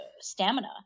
stamina